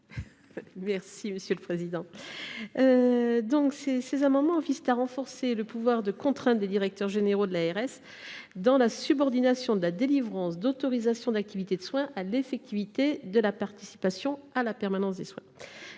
de la commission ? Ces amendements identiques visent à renforcer le pouvoir de contrainte des directeurs généraux d’ARS la subordination de la délivrance d’autorisations d’activités de soins à l’effectivité de la participation à la permanence des soins.